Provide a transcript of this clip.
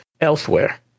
Elsewhere